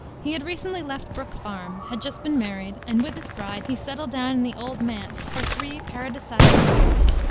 he had recently left brook farm, had just been married, and with his bride he settled down in the old manse for three paradisaical years.